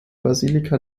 basilika